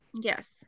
Yes